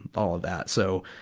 all of that. so,